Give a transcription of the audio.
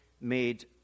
made